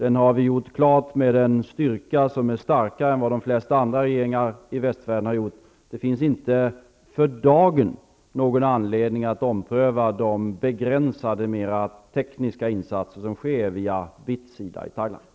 Vi har framfört den med större kraft än vad de flesta andra regeringar i västvärlden har gjort. Det finns inte för dagen någon anledning att ompröva de begränsade, mera tekniska, insatser som sker från BITS sida i